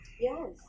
Yes